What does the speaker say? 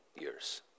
years